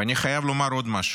אני חייב לומר עוד משהו: